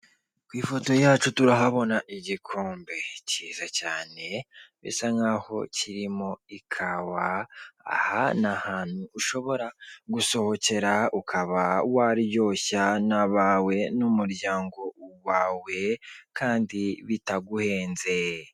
Ku ifoto yacu turahabona igikombe cyiza cyane, bisa nkaho kirimo ikawa, aha ni ahantu ushobora gusohokera ukaba waryoshya n'abawe n'umuryango wawe, kandi bitaguhenze.